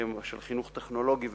של חינוך טכנולוגי ומקצועי,